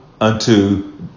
unto